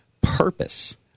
purpose